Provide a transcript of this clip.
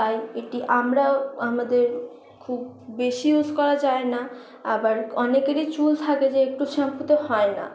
তাই এটি আমরাও আমাদের খুব বেশি ইউজ করা যায় না আবার অনেকেরই চুল থাকে যে একটু শ্যাম্পুতে হয় না